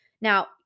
Now